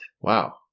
Wow